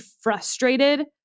frustrated